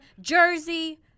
Jersey